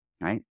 right